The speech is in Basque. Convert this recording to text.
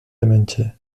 hementxe